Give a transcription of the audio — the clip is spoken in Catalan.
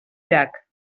llac